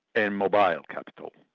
and mobile capital.